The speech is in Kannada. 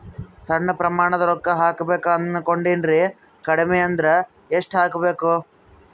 ಸಣ್ಣ ಪ್ರಮಾಣದ ರೊಕ್ಕ ಹಾಕಬೇಕು ಅನಕೊಂಡಿನ್ರಿ ಕಡಿಮಿ ಅಂದ್ರ ಎಷ್ಟ ಹಾಕಬೇಕು?